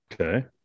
Okay